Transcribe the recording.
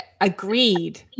Agreed